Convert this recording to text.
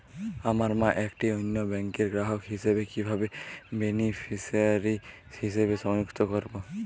আমার মা একটি অন্য ব্যাংকের গ্রাহক হিসেবে কীভাবে বেনিফিসিয়ারি হিসেবে সংযুক্ত করব?